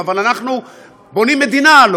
אבל אנחנו הלוא בונים מדינה.